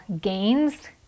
gains